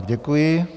Děkuji.